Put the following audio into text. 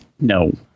no